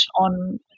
on